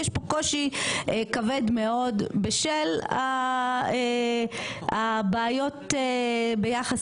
יש פה קושי כבד מאוד בשל הבעיות ביחס